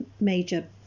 major